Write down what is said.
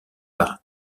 par